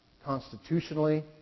constitutionally